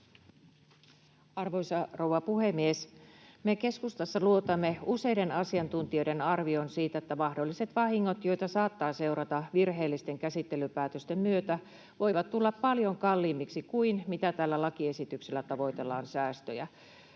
Arvoisa rouva puhemies! Me keskustassa luotamme useiden asiantuntijoiden arvioon siitä, että mahdolliset vahingot, joita saattaa seurata virheellisten käsittelypäätösten myötä, voivat tulla paljon kalliimmiksi kuin mitä säästöjä tällä lakiesityksellä tavoitellaan.